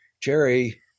Jerry